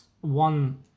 one